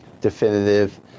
definitive